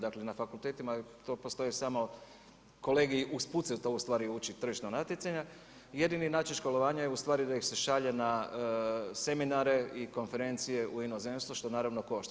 Dakle na fakultetima postoje samo kolegiji, usput se to ustvari uli, tržišno natjecanje, jedini način školovanja je ustvari da ih se šalje na seminare i konferencije u inozemstvo što naravno košta.